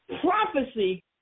prophecy